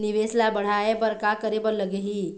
निवेश ला बड़हाए बर का करे बर लगही?